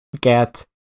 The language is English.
get